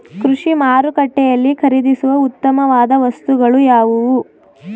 ಕೃಷಿ ಮಾರುಕಟ್ಟೆಯಲ್ಲಿ ಖರೀದಿಸುವ ಉತ್ತಮವಾದ ವಸ್ತುಗಳು ಯಾವುವು?